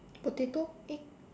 potato egg